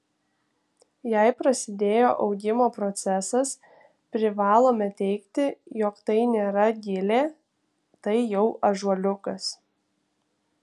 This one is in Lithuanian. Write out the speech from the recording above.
jei prasidėjo augimo procesas privalome teigti jog tai nėra gilė tai jau ąžuoliukas